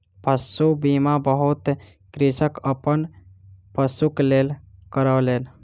पशु बीमा बहुत कृषक अपन पशुक लेल करौलेन